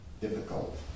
difficult